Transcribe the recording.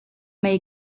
mei